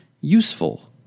useful